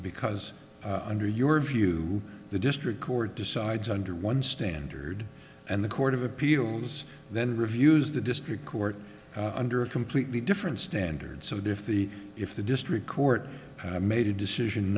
because under your view the district court decides under one standard and the court of appeals then reviews the district court under a completely different standard so that if the if the district court made a decision